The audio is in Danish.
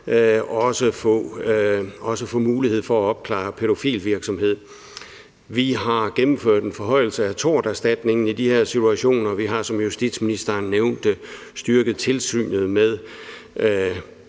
også få mulighed for at opklare pædofil virksomhed. Vi har gennemført en forhøjelse af torterstatningen i de her situationer. Vi har, som justitsministeren nævnte, styrket tilsynet med